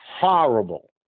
horrible